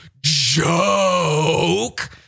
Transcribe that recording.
joke